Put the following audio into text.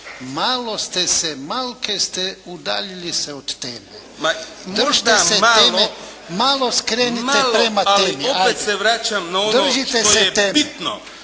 malo ste se, malko se udaljili od teme. Možda malo skrenite prema … Držite se teme.